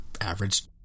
average